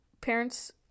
parents